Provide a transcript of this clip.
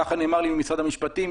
ככה נאמר לי ממשרד המשפטים,